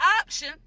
option